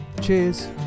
cheers